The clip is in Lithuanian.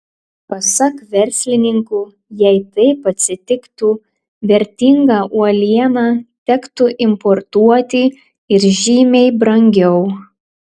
pasak verslininkų jei taip atsitiktų vertingą uolieną tektų importuoti ir žymiai brangiau